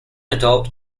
adult